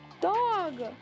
Dog